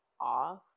off